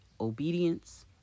obedience